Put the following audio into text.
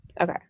Okay